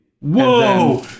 Whoa